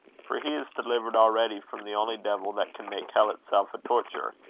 for he is delivered already from the only devil that can make hell itself a torture,